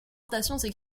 orientation